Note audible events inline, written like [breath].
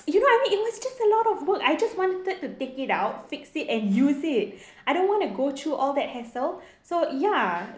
you know what I mean it was just a lot of work I just wanted to take it out fix it and use it [breath] I don't want to go through all that hassle so ya